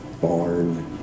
barn